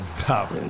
Stop